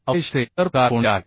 अपयशाचे इतर प्रकार कोणते आहेत